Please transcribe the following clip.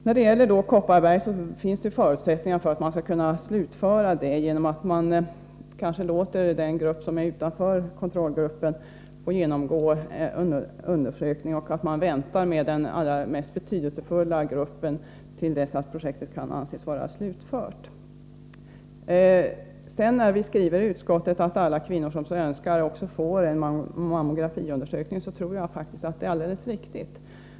När det gäller Kopparbergsprojektet finns det förutsättningar för att slutföra detta genom att kanske låta den grupp som är utanför kontrollgruppen genomgå undersökning och genom att vänta med den allra mest betydelsefulla gruppen till dess att projektet kan anses vara slutfört. Vi skriver i utskottsbetänkandet att alla kvinnor som så önskar får en mammografiundersökning, och jag tror faktiskt att det är alldeles riktigt.